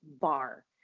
bar